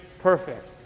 perfect